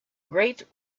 great